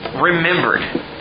remembered